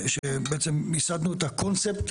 שבעצם מיסדנו את הקונספט.